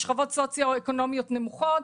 משכבות סוציואקונומיות נמוכות,